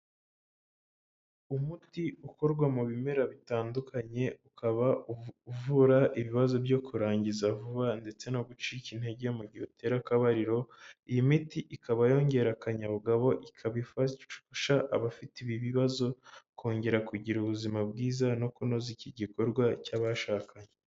Umuti ukorwa mu bimera bitandukanye, ukaba uvura ibibazo byo kurangiza vuba ndetse no gucika intege mu gihe utera akabariro, iyi miti ikaba yongera akanyabugabo, ikaba ifasha abafite ibi bibazo, kongera kugira ubuzima bwiza no kunoza iki gikorwa cy'abashakanye.